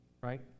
right